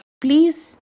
Please